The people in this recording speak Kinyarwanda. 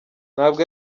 ntabwo